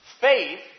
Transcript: Faith